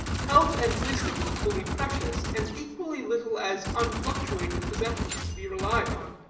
health and wisdom equally precious, and equally little as unfluctuating possessions to be relied on.